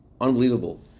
unbelievable